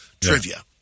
trivia